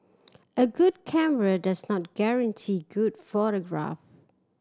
a good camera does not guarantee good photograph